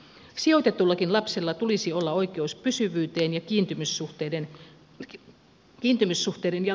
sijoitetullakin lapsella tulisi olla oikeus pysyvyyteen ja kiintymyssuhteiden jatkuvuuteen